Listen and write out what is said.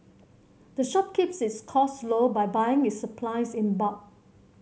the shop keeps its cost low by buying its supplies in bulk